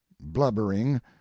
Blubbering